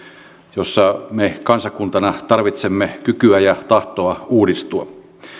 jossa me kansakuntana tarvitsemme kykyä ja tahtoa uudistua